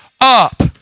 up